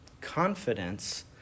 confidence